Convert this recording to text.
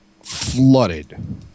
flooded